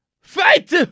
Fight